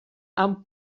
amb